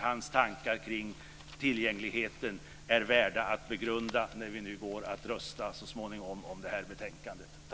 Hans tankar kring tillgängligheten är värda att begrunda när vi nu så småningom går att rösta om det här betänkandet.